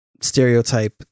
stereotype